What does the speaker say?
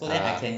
ah